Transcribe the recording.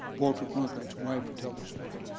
walter cronkite's wife would tell the story,